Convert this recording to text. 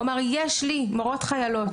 אמר: יש לי מורות חיילות,